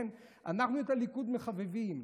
אנחנו את הליכוד מחבבים.